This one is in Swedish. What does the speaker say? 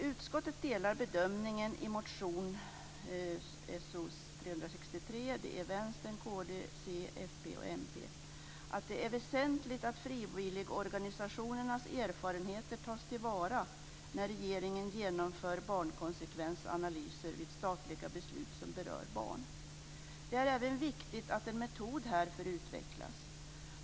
"Utskottet delar bedömningen i motion So363 att det är väsentligt att frivilligorganisationernas erfarenheter tas till vara när regeringen genomför barnkonsekvensanalyser vid statliga beslut som berör barn. Det är även viktigt att en metod härför utvecklas.